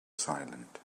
silent